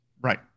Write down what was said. Right